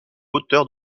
auteurs